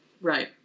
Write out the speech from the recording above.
Right